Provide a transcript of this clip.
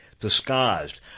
disguised